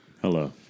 Hello